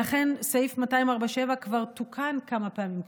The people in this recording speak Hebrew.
לכן סעיף 247 כבר תוקן כמה פעמים,